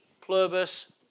pluribus